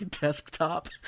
desktop